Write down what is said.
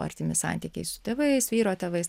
artimi santykiai su tėvais vyro tėvais